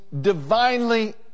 divinely